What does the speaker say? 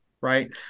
Right